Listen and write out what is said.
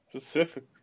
specific